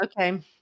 okay